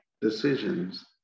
decisions